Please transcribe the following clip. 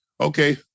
Okay